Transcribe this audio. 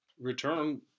return